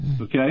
Okay